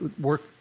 work